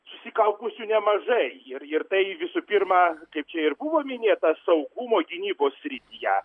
susikaupusių nemažai ir ir tai visų pirma kaip čia ir buvo minėta saugumo gynybos srityjec